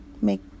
make